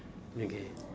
okay